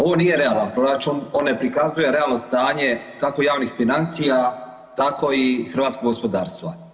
Ovo nije realan proračun, on ne prikazuje realno stanje, kako javnih financija, tako i hrvatskog gospodarstva.